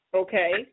okay